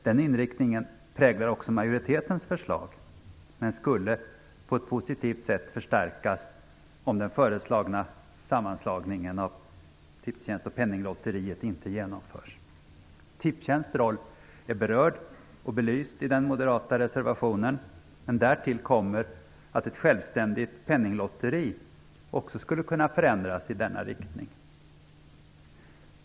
Den inriktningen präglar också majoritetens förslag men skulle på ett positivt sätt förstärkas om den föreslagna sammanslagningen av Tipstjänst och Tipstjänsts roll är berörd och belyst i den moderata reservationen, men därtill kommer att ett självständigt Penninglotteri också skulle kunna förändras i denna riktning.